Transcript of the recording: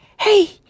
Hey